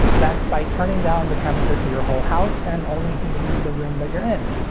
that's by turning down the temperature to your whole house, and only heating the room that you're in.